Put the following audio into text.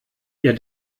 ihr